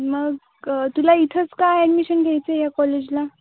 मग तुला इथंच का ॲडमिशन घ्यायचं आहे या कॉलेजला